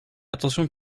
attention